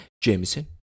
Jameson